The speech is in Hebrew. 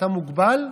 אתה מוגבל,